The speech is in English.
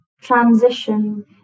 Transition